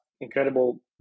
incredible